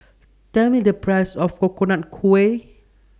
Tell Me The Price of Coconut Kuih